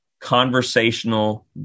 conversational